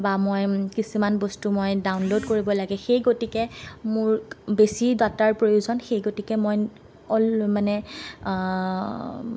বা মই কিছুমান বস্তু মই ডাউনলোড কৰিব লাগে সেই গতিকে মোৰ বেছি ডাটাৰ প্ৰয়োজন সেই গতিকে মই অল মানে